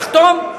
תחתום?